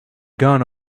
gone